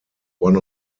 one